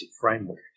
framework